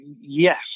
yes